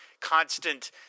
constant